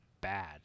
bad